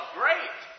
great